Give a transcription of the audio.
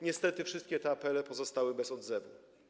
Niestety wszystkie te apele pozostały bez odzewu.